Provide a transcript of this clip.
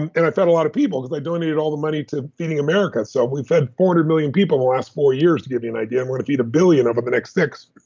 and and i fed a lot of people because i donated all the money to feeding america. so we've fed four hundred million people the last four years, to give you an idea, and we're going to feed a billion over the next six.